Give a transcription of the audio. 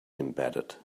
embedded